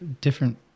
Different